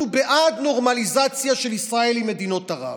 אנחנו בעד נורמליזציה של ישראל עם מדינות ערב,